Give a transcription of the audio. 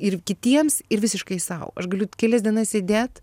ir kitiems ir visiškai sau aš galiu kelias dienas sėdėt